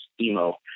emo